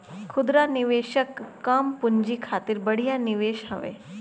खुदरा निवेशक कम पूंजी खातिर बढ़िया निवेश हवे